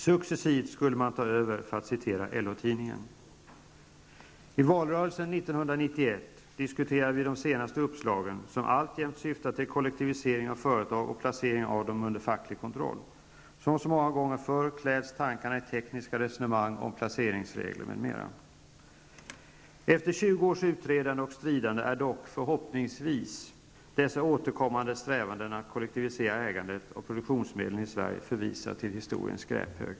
''Successivt'' skulle man ''ta över'', för att citera LO I valrörelsen 1991 diskuterade vi de senaste uppslagen, som alltjämt syftar till kollektivisering av företag och placering av dem under facklig kontroll. Som så många gånger förr kläds tankarna i tekniska resonemang om placeringsregler m.m. Efter 20 års utredande och stridande är dock -- förhoppningsvis -- dessa återkommande strävanden att kollektivisera ägandet av produktionsmedlen i Sverige förvisat till historiens skräphög.